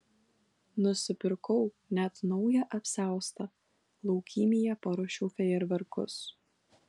nusipirkau net naują apsiaustą laukymėje paruošiau fejerverkus